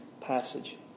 passage